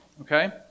okay